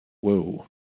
whoa